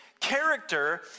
Character